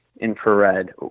infrared